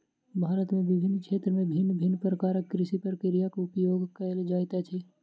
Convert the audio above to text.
भारत में विभिन्न क्षेत्र में भिन्न भिन्न प्रकारक कृषि प्रक्रियाक उपयोग कएल जाइत अछि